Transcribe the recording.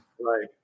Right